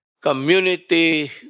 Community